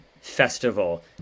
Festival